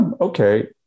okay